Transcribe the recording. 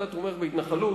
אתה תומך בהתנחלות,